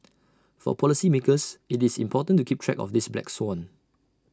for policymakers IT is important to keep track of this black swan